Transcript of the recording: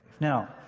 Now